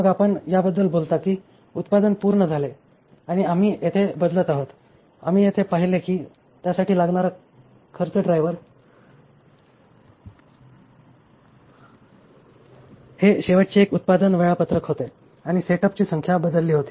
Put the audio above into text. मग आपण याबद्दल बोलता की उत्पादन पूर्ण झाले आणि आम्ही येथे बदलत आहोत आम्ही येथे पाहिले की त्यासाठी लागणारा खर्च ड्रायव्हर हे शेवटचे एक उत्पादन वेळापत्रक होते आणि सेटअपची संख्या बदलली होती